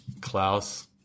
Klaus